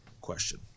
question